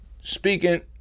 speaking